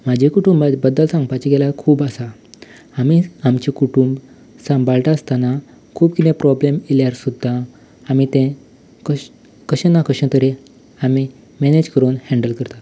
म्हजें कुटुंबा बद्दल सांगपाक गेल्यार खूब आसा आमी आमचें कुटुंब सांबाळटा आसतना खूब कितें प्रॉब्लेम आयल्यार सुद्दां आमी तें कशें ना कशें तरी आमी मॅनेज करून हँडल करतात